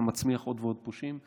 אתה מצמיח עוד ועוד פושעים.